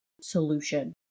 solution